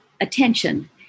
attention